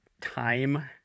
time